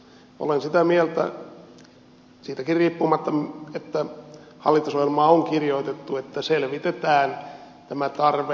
olen sitä mieltä siitäkin riippumatta että hallitusohjelmaan on kirjoitettu että selvitetään tämä tarve